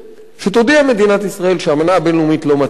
שתודיע מדינת ישראל שהאמנה הבין-לאומית לא מתאימה,